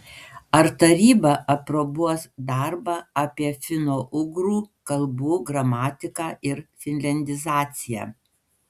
ar taryba aprobuos darbą apie finougrų kalbų gramatiką ir finliandizaciją